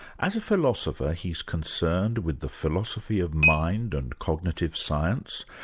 as a philosopher, he's concerned with the philosophy of mind and cognitive science,